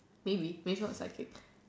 maybe maybe what's psychic